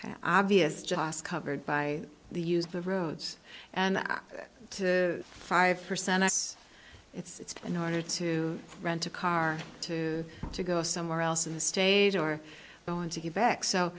know obvious just covered by the used the roads and to five percent s it's been harder to rent a car to to go somewhere else in the state or going to get back so